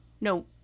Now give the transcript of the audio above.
No